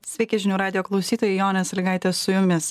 sveiki žinių radijo klausytojai jonė salygaitė su jumis